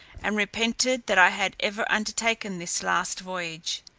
and repented that i had ever undertaken this last voyage.